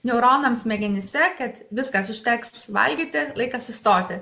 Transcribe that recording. neuronams smegenyse kad viskas užteks valgyti laikas sustoti